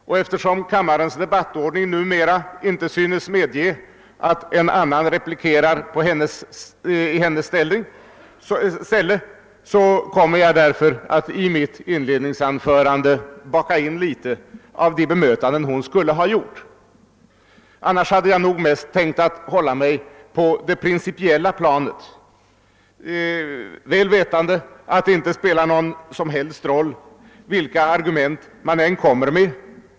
Och eftersom kammarens debattordning numera inte synes medge att en annan ledamot replikerar i vederbörandes ställe kommer jag i mitt inledningsanförande att göra några av de bemötanden som hon skulle ha gjort. Annars hade jag mest tänkt hålla mig på det principiella planet, väl vetande att det inte spelar någon som helst roll vilka argument man än framför.